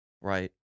right